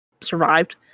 survived